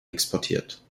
exportiert